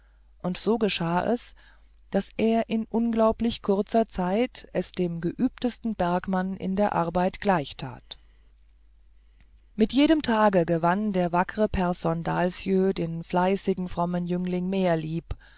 und so geschah es daß er in unglaublich kurzer zeit es dem geübtesten bergmann in der arbeit gleichtat mit jedem tage gewann der wackre pehrson dahlsjö den fleißigen frommen jüngling mehr lieb